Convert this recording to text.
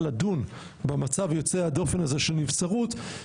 לדון במצב יוצא הדופן הזה של נבצרות.